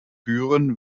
büren